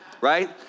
right